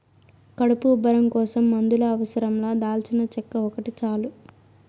కడుపు ఉబ్బరం కోసం మందుల అవసరం లా దాల్చినచెక్క ఒకటి చాలు